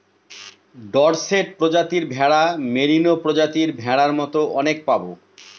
Dorset প্রজাতির ভেড়া, merino প্রজাতির ভেড়ার মতো অনেক পাবো